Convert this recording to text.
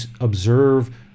observe